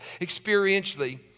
experientially